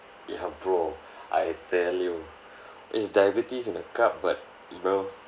ya bro I tell you it's diabetes in a cup but bro